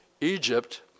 Egypt